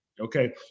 Okay